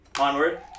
Onward